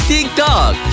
TikTok